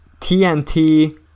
TNT